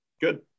good